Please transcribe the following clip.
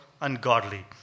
ungodly